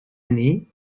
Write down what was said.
année